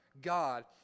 God